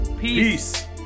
Peace